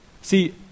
See